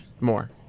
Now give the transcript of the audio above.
more